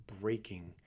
breaking